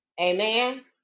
Amen